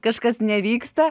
kažkas nevyksta